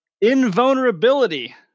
Invulnerability